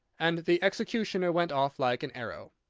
and the executioner went off like an arrow.